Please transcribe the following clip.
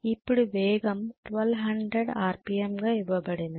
ఇప్పుడు వేగం 1200 ఆర్పిఎమ్ గా ఇవ్వబడింది